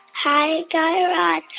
hi, guy raz.